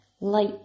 light